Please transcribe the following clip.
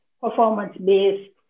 performance-based